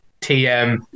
TM